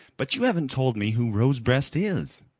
but you haven't told me who rosebreast is.